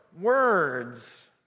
words